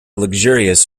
luxurious